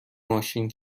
ماشین